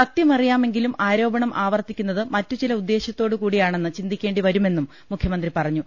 സത്യമറിയാമെങ്കിലും ആരോപണം ആവർത്തിക്കുന്നത് മറ്റു ചില ഉദ്ദേശത്തോടുകൂടിയാണെന്ന് ചിന്തിക്കേണ്ടി വരുമെന്നും മുഖ്യമന്ത്രി പറഞ്ഞു